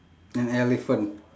an elephant